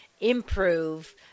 improve